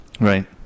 Right